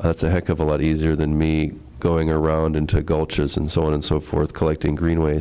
that's a heck of a lot easier than me going around into gulches and so on and so forth collecting green wa